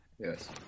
Yes